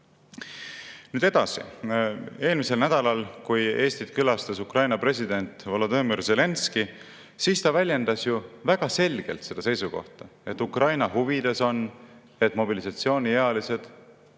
Nüüd edasi. Eelmisel nädalal, kui Eestit külastas Ukraina president Volodõmõr Zelenskõi, siis ta väljendas ju väga selgelt seisukohta, et Ukraina huvides on, et mobilisatsiooniealised